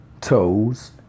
toes